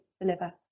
deliver